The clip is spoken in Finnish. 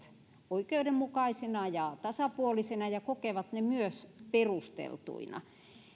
oikeudenmukaisina ja tasapuolisina ja kokevat ne myös perusteltuina